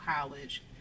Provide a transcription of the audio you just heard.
College